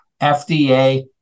FDA